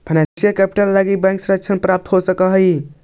financial capital लगी bank से ऋण भी प्राप्त हो सकऽ हई